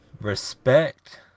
Respect